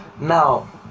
Now